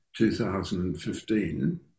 2015